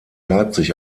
leipzig